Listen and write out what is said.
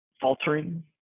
faltering